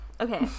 Okay